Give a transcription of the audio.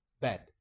bad